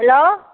hello